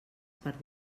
per